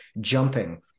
jumping